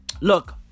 Look